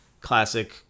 classic